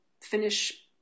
finish